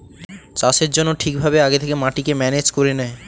চাষের জন্য ঠিক ভাবে আগে থেকে মাটিকে ম্যানেজ করে নেয়